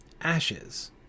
ashes